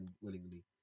willingly